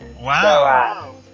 Wow